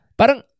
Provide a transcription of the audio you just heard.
parang